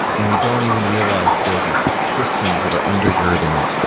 and we don't even realize that there are these systems that are undergirding it.